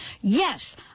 yes